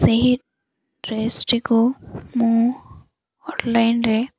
ସେହି ଡ୍ରେସ୍ଟିକୁ ମୁଁ ଅନଲାଇନ୍ରେ